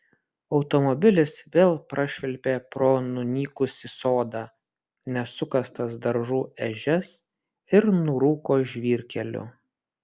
automobilis vėl prašvilpė pro nunykusį sodą nesukastas daržų ežias ir nurūko žvyrkeliu